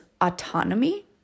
autonomy